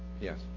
Yes